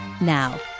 Now